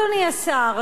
אדוני השר,